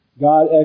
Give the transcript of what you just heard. God